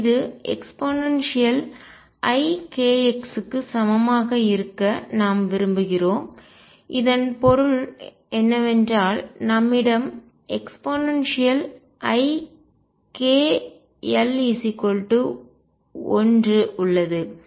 இது eikx க்கு சமமாக இருக்க நாம் விரும்புகிறோம் இதன் பொருள் என்னவென்றால் நம்மிடம் eikL1 உள்ளது